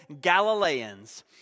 Galileans